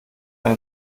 eine